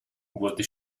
wurde